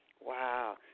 Wow